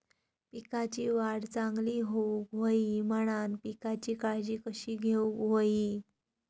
पिकाची वाढ चांगली होऊक होई म्हणान पिकाची काळजी कशी घेऊक होई?